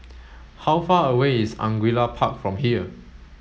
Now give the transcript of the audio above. how far away is Angullia Park from here